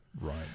Right